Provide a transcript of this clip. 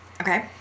Okay